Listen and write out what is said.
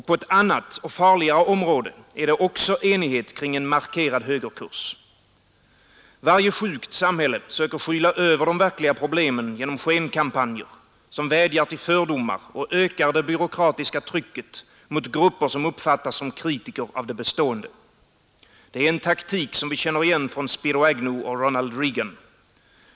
På ett annat, farligare område råder det också enighet kring en markerad högerkurs. Varje sjukt samhälle söker skyla över de verkliga problemen genom skenkampanjer, som vädjar till fördomar och ökar det byråkratiska trycket mot grupper som uppfattas som kritiker av det bestående. Det är en taktik som vi känner igen från Spiro Agnew och Ronald Reagan.